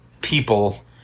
people